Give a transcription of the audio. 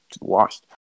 washed